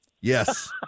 Yes